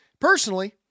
Personally